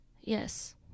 Yes